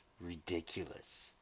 ridiculous